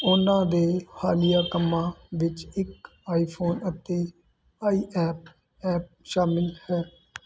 ਉਹਨਾਂ ਦੇ ਹਾਲੀਆ ਕੰਮਾਂ ਵਿੱਚ ਇੱਕ ਆਈਫੋਨ ਅਤੇ ਆਈਪੈਡ ਐਪ ਸ਼ਾਮਲ ਹੈ